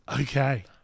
Okay